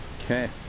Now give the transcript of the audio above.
Okay